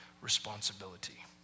responsibility